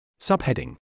Subheading